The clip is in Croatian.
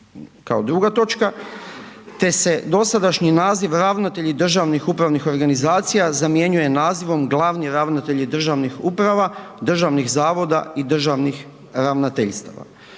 kao druga točka te se dosadašnji naziv, ravnatelji državnih upravnih organizacija, zamjenjuje nazivom glavni ravnatelji državnih uprava, državnih zavoda i državnih ravnateljstava.